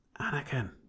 Anakin